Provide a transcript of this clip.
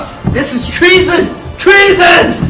this is treason treason